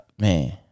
man